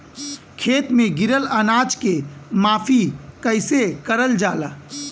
खेत में गिरल अनाज के माफ़ी कईसे करल जाला?